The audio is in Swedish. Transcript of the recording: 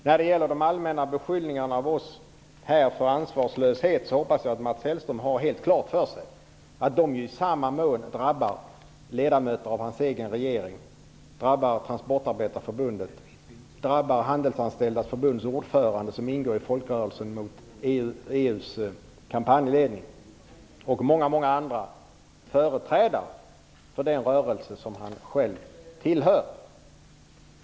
I fråga om de allmänna beskyllningarna att vi i Miljöpartiet är ansvarslösa hoppas jag att Mats Hellström har klart för sig att de beskyllningarna också drabbar ledamöterna i hans egen regering, Transportarbetarförbundet, Handelsanställdas förbunds ordförande, som ingår i kampanjledningen för Folkrörelsen mot EU, och många andra företrädare för den rörelse som Mats Hellström själv tillhör.